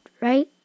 right